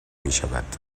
میشود